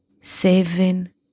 Seven